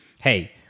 hey